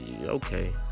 okay